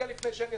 לא.